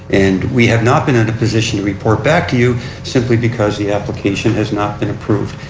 and we have not been in a position to report back to you simply because the application has not been approved.